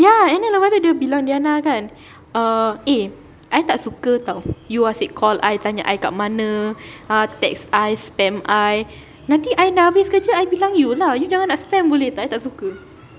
ya and then lepas tu dia bilang diana kan err eh I tak suka [tau] you asyik call I tanya I kat mana !huh! text I spam I nanti I dah habis kerja I bilang you lah you jangan nak spam boleh I tak suka